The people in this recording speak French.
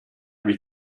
lui